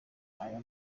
aya